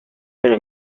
però